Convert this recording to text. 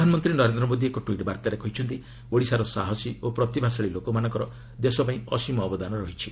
ପ୍ରଧାନମନ୍ତ୍ରୀ ନରେନ୍ଦ୍ର ମୋଦି ଏକ ଟୁଇଟ୍ ବାର୍ଭାରେ କହିଛନ୍ତି' ଓଡିଶାର ସାହାସୀ ଓ ପ୍ରତିଭାଶାଳୀ ଲୋକମାନଙ୍କର ଦେଶ ପାଇଁ ଅସୀମ ଅବଦାନ ରହିଛି